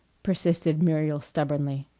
persisted muriel stubbornly.